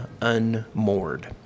unmoored